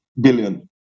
billion